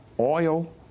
oil